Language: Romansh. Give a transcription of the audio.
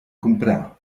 cumprar